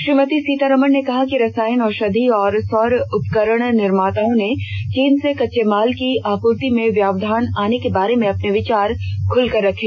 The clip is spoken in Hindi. श्रीमती सीतारामन ने कहा कि रसायन औषधि और सौर उपकरण निर्माताओं ने चीन से कच्चे माल की आपूर्ति में व्यावधान आने के बारे में अपने विचार खुलकर रखे